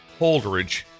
Holdridge